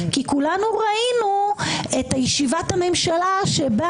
כי כולנו ראינו את ישיבת הממשלה שבה